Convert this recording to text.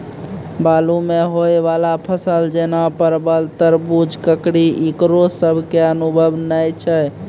बालू मे होय वाला फसल जैना परबल, तरबूज, ककड़ी ईकरो सब के अनुभव नेय छै?